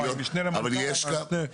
היא משנה למנכ"ל.